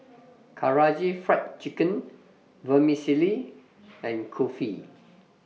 Karaage Fried Chicken Vermicelli and Kulfi